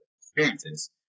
experiences